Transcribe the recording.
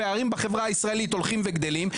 הפערים בחברה הישראלית הולכים וגדלים,